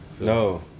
No